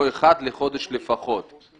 או אחת לחודש לפחות.